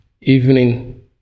evening